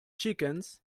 chickens